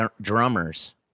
drummers